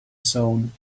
zone